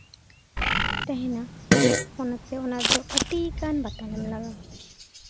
ᱛᱟᱦᱮᱱᱟ ᱚᱱᱟᱛᱮ ᱚᱱᱟᱫᱚ ᱟᱹᱰᱤᱜᱟᱱ ᱵᱟᱛᱟᱱᱮᱢ ᱞᱟᱜᱟᱣᱟ